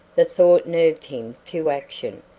the thought nerved him to action.